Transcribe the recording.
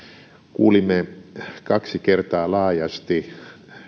kuulimme kaksi kertaa laajasti